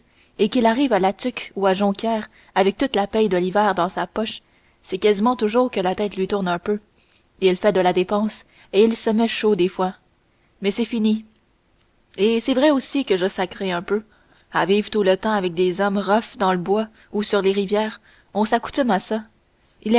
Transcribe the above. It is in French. et qu'il arrive à la tuque ou à jonquière avec toute la paye de l'hiver dans sa poche c'est quasiment toujours que la tête lui tourne un peu il fait de la dépense et il se met chaud des fois mais c'est fini et c'est vrai aussi que je sacrais un peu à vivre tout le temps avec des hommes rough dans le bois ou sur les rivières on s'accoutume à ça